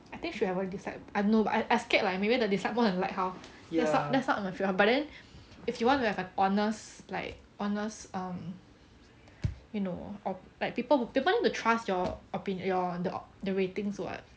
I think should have a dislike ah no but I I scared like maybe the dislike more than the like how that's not that's not mature but then if you want to have an honest like honest um you know or like people people need to trust your op~ your the ratings [what]